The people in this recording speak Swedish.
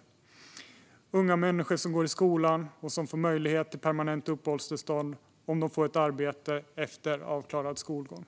Det handlar om unga människor som går i skolan och som får möjlighet till permanent uppehållstillstånd om de får ett arbete efter avklarad skolgång.